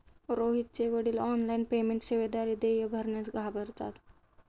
रोहितचे वडील online payment सेवेद्वारे देय भरण्यास घाबरतात